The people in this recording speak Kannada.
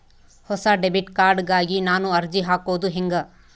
ಹೊಸ ಡೆಬಿಟ್ ಕಾರ್ಡ್ ಗಾಗಿ ನಾನು ಅರ್ಜಿ ಹಾಕೊದು ಹೆಂಗ?